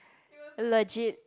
allergic